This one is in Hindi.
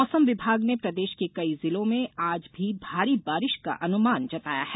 मौसम विभाग ने प्रदेश के कई जिलों में आज भी भारी बारिश का अनुमान जताया है